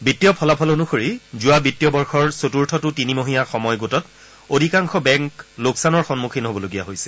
বিত্তীয় ফলাফল অনুসৰি যোৱা বিত্তীয় বৰ্ষৰ চতুৰ্থটো তিনিমহীয়া সময় গোটত অধিকাংশ বেংক লোকচানৰ সন্মুখীন হ'বলগীয়া হৈছে